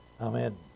Amen